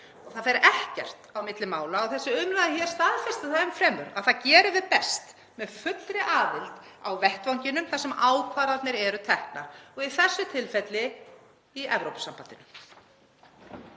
Það fer ekkert á milli mála, og þessi umræða staðfestir það enn fremur, að það gerum við best með fullri aðild á vettvanginum þar sem ákvarðanir eru teknar og í þessu tilfelli í Evrópusambandinu.